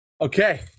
Okay